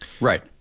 right